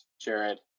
Jared